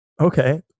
Okay